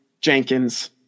Jenkins